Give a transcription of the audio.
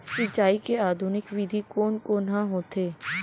सिंचाई के आधुनिक विधि कोन कोन ह होथे?